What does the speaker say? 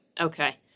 Okay